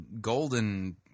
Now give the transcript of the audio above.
golden